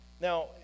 Now